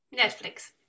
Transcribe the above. Netflix